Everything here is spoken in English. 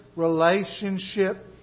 Relationship